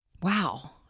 Wow